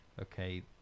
Okay